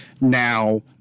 now